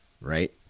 right